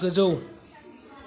गोजौ